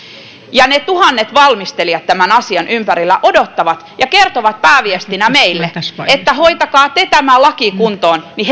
ja ne tuhannet valmistelijat tämän asian ympärillä odottavat ja kertovat pääviestinä meille että hoitakaa te tämä laki kuntoon niin